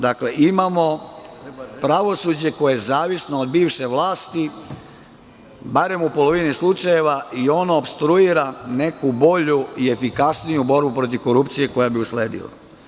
Dakle, imamo pravosuđe koje je zavisno od bivše vlasti, barem u polovini slučajeva, i ono opstruira neku bolju i efikasniju borbu protiv korupcije koja bi usledila.